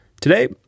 today